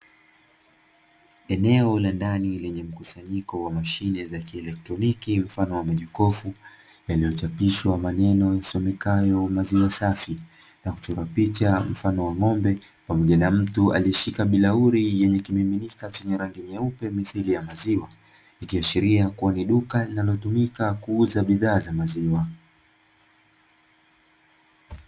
Eneo la ndani lenye mkusanyiko wa mashine za kielektroniki mfano wa majokofu, yaliyochapishwa maneno yasomekayo "Maziwa safi", na kuchorwa picha mfano wa ng'ombe, pamoja na mtu aliyeshika bilauri yenye kimiminika chenye rangi nyeupe mithili ya maziwa, ikiashiria kuwa ni duka linalotumika kuuza bidhaa za maziwa.